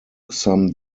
some